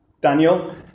Daniel